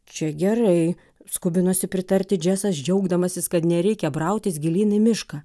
čia gerai skubinosi pritarti džesas džiaugdamasis kad nereikia brautis gilyn į mišką